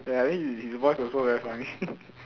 ya I mean his his voice also very funny